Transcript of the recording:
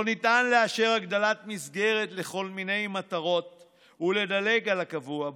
לא ניתן לאשר הגדלת מסגרת לכל מיני מטרות ולדלג על הקבוע בחוק.